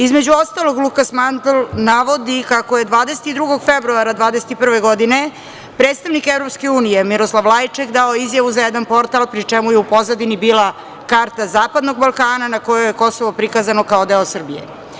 Između ostalog, Lukas Mandl navodi kako je 22. februara 2021. godine predstavnik EU Miroslav Lajček dao izjavu za jedan portal, pri čemu je u pozadini bila karta Zapadnog Balkana, na kojoj je Kosovo prikazano kao deo Srbije.